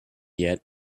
yet